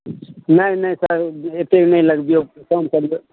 नहि नहि सर ओतेक नहि लगबियौ कम करियौ